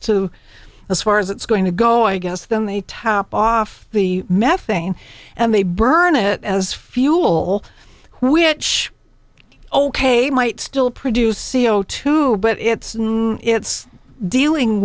to as far as it's going to go i guess then the top off the methane and they burn it as fuel which okayed might still produce c o two but it's it's dealing